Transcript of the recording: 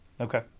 Okay